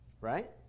right